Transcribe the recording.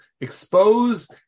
expose